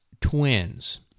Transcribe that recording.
twins